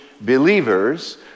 believers